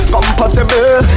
Compatible